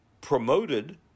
promoted